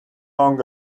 long